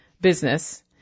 business